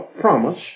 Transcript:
promise